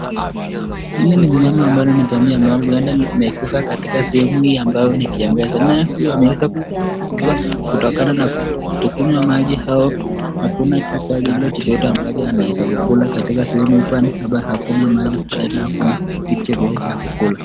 Ile ni mnyama ambayo huenda ni ngamia, imekufa kwa sehemu ambayo ni kiangazi, nayo huyo amekufa kutokona na kutokunywa maji au hakuna kitu ambayo anaeza kula katika sehemu. Kwani hapa hakuna maji au hakuna kitu chochote cha kukula.